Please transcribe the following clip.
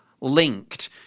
linked